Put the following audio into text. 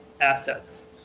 assets